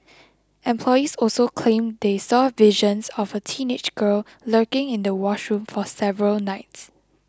employees also claimed they saw visions of a teenage girl lurking in the washroom for several nights